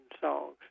songs